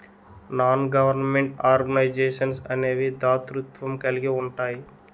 non government organisations అనేవి దాతృత్వం కలిగి ఉంటాయి